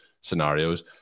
scenarios